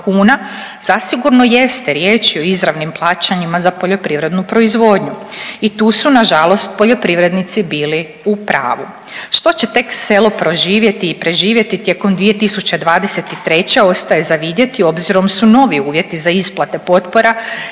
zasigurno jeste riječ je o izravnim plaćanjima za poljoprivrednu proizvodnju i tu su nažalost poljoprivrednici bili u pravu. Što će tek selo proživjeti i preživjeti tijekom 2023. ostaje za vidjeti obzirom su novi uvjeti za isplate potpore